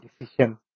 decision